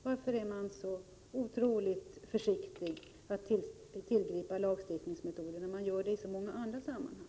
Varför är man så otroligt försiktig att tillgripa lagstiftningsmetoder, när man gör det i så många andra sammanhang?